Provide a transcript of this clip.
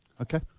Okay